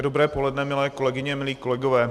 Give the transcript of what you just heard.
Hezké dobré poledne, milé kolegyně, milí kolegové.